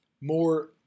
more –